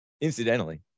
incidentally